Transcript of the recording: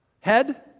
Head